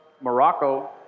Morocco